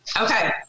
Okay